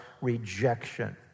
rejection